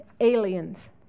aliens